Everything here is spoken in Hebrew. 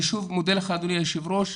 אני שוב מודה לך אדוני היו"ר,